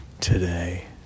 today